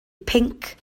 pinc